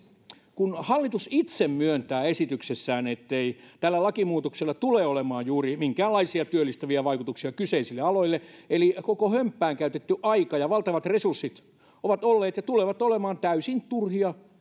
kun hallitus itse myöntää esityksessään ettei tällä lakimuutoksella tule olemaan juuri minkäänlaisia työllistäviä vaikutuksia kyseisille aloille eli koko hömppään käytetty aika ja valtavat resurssit ovat olleet ja tulevat olemaan täysin turhia